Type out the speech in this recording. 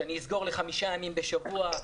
שאסגור לחמישה ימים בשבוע,